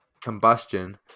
combustion